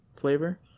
flavor